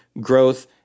growth